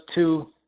two